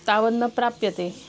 तावद् न प्राप्यते